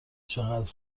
چقدر